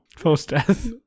Post-death